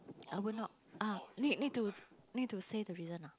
I would not ah need need to need to say the reason ah